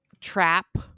trap